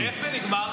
ואיך זה נגמר?